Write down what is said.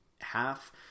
half